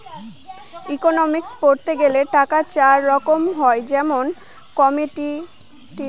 economics পড়তে গেলে টাকা চার রকম হয় যেমন কমোডিটি টাকা